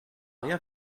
rien